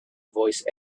voice